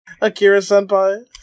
Akira-senpai